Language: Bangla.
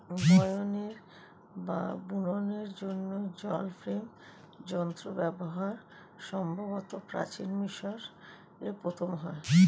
বয়নের বা বুননের জন্য জল ফ্রেম যন্ত্রের প্রথম ব্যবহার সম্ভবত প্রাচীন মিশরে প্রথম হয়